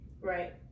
Right